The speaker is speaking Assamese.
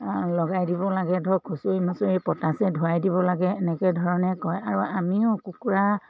লগাই দিব লাগে ধৰক খুচৰি মুচৰি পটাচে ধোৱাই দিব লাগে এনেকে ধৰণে কয় আৰু আমিও কুকুৰা